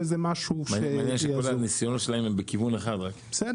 מעניין שכל הניסיונות שלהם הם בכיוון אחד רק.